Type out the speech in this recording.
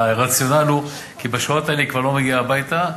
והרציונל הוא כי בשעות האלה היא כבר לא מגיעה הביתה,